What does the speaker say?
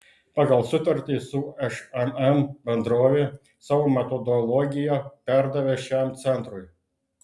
pagal sutartį su šmm bendrovė savo metodologiją perdavė šiam centrui